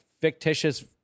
fictitious